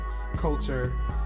culture